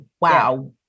wow